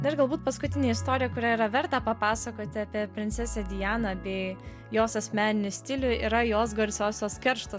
dar galbūt paskutinė istorija kurią yra verta papasakoti apie princesę dianą bei jos asmeninį stilių yra jos garsiosios keršto